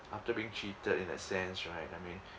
after being cheated in that sense right I mean